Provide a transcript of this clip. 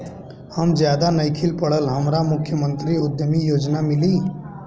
हम ज्यादा नइखिल पढ़ल हमरा मुख्यमंत्री उद्यमी योजना मिली?